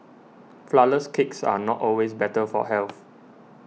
Flourless Cakes are not always better for health